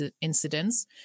incidents